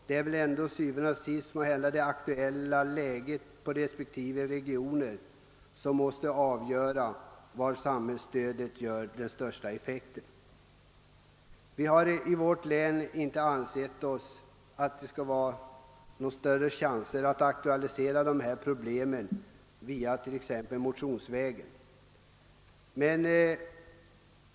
Til syvende og sidst är det det aktuella läget inom respektive regioner som skall avgöra var samhällsstödet bäst behövs. Vi har inte ansett det vara någon idé att motionsvägen aktualisera dessa problem för vårt län.